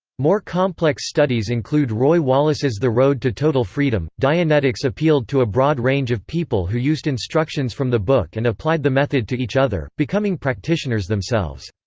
more complex studies include roy wallis's the road to total freedom dianetics appealed to a broad range of people who used instructions from the book and applied the method to each other, becoming practitioners themselves.